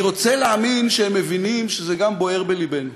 אני רוצה להאמין שהם מבינים שזה בוער גם בלבנו.